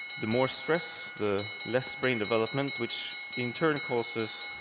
the more stress, the less brain development, which in turn causes